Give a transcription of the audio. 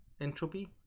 Entropy